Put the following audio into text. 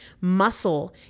Muscle